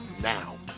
now